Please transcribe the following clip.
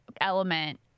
element